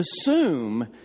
assume